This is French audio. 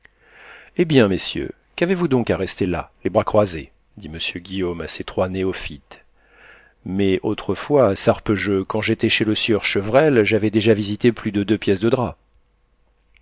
hé bien messieurs qu'avez-vous donc à rester là les bras croisés dit monsieur guillaume à ses trois néophytes mais autrefois sarpejeu quand j'étais chez le sieur chevrel j'avais déjà visité plus de deux pièces de drap